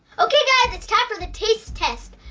okay, guys. it's time for the taste test.